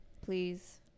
please